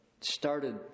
started